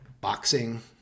Boxing